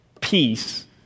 peace